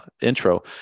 intro